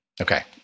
okay